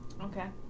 Okay